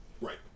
Right